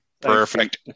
Perfect